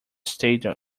statue